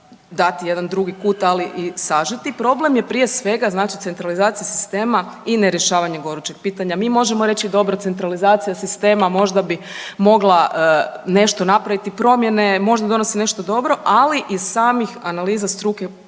dati jedan drugi kut, ali i sažeti. Problem je prije svega znači centralizacije sistema i nerješavanje gorućih pitanja. Mi možemo reći dobro centralizacija sistema možda bi mogla nešto napraviti, promjene, možda donosi nešto dobro, ali iz samih analiza struke proizlazi